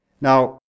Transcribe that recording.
Now